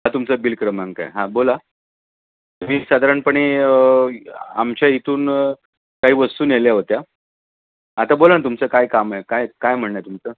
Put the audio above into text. हा तुमचं बिल क्रमांक आहे हां बोला तुम्ही साधारणपणे आमच्या इथून काही वस्तू नेल्या होत्या आता बोला ना तुमचं काय काम आहे काय काय म्हणणं आहे तुमचं